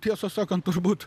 tiesą sakant turbūt